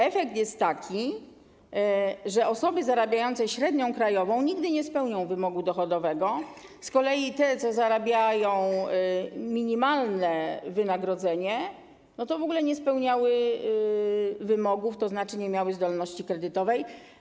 Efekt jest taki, że osoby zarabiające średnią krajową nigdy nie spełnią wymogu dochodowego, z kolei te, co zarabiają minimalne wynagrodzenie, w ogóle nie spełniały wymogów, tzn. nie miały zdolności kredytowej.